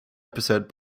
episode